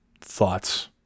thoughts